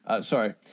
sorry